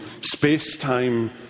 space-time